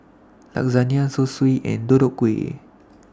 Lasagne Zosui and Deodeok Gui